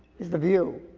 is the view.